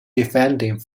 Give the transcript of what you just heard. defending